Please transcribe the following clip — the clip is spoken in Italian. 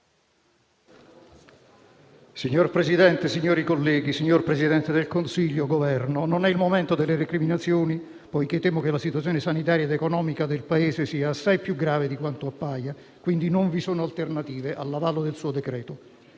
Signor Presidente, signori colleghi, signor Presidente del Consiglio, onorevoli rappresentanti del Governo, non è il momento delle recriminazioni, poiché temo che la situazione sanitaria ed economica del Paese sia assai più grave di quanto appaia. Non vi sono quindi alternative all'avallo del suo decreto.